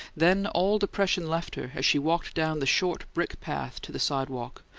then all depression left her as she walked down the short brick path to the sidewalk,